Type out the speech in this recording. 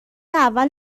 اول